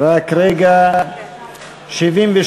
משק סגור מעלה-אדומים, משק סגור